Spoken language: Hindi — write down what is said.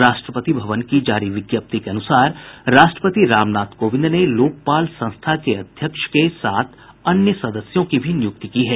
राष्ट्रपति भवन से जारी विज्ञप्ति के अनुसार राष्ट्रपति राम नाथ कोविंद ने लोकपाल संस्था के अध्यक्ष के साथ अन्य सदस्यों की भी नियुक्ति की है